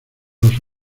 los